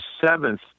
seventh